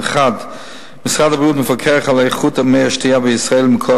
1. משרד הבריאות מפקח על איכות מי השתייה בישראל מכוח